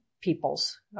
peoples